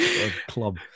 Club